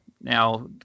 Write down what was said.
now